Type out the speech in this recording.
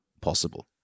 possible